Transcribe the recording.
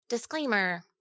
Disclaimer